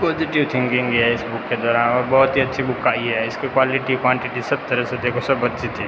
positive thinking ये है इस बुक के दौरान और बहुत ही अच्छी बुक आई है इस की क्वालिटी क्वांटिटी सब तरह से देखो सब अच्छी थी